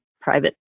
private